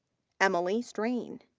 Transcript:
emily strain.